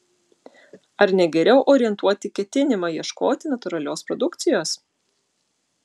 ar ne geriau orientuoti ketinimą ieškoti natūralios produkcijos